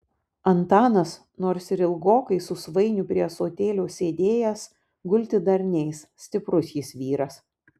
antanas nors ir ilgokai su svainiu prie ąsotėlio sėdėjęs gulti dar neis stiprus jis vyras